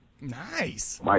Nice